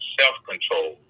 self-control